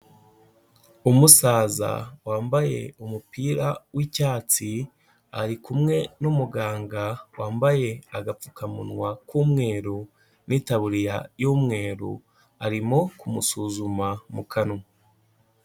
Umusaza wambaye umupira w'icyatsi ari kumwe n'umuganga wambaye agapfukamunwa k'umweru, n'itabuririya y'umweru arimo kumusuzuma mu kanwa.